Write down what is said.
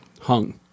Hung